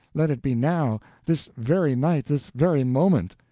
let it be now this very night, this very moment!